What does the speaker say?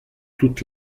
toute